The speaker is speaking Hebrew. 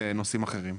בנושאים אחרים.